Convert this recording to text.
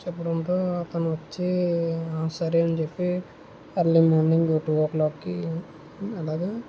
చెప్పడంతో తను వచ్చి సరే అని చెప్పి early morning two o'clock కి అలాగా